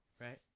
right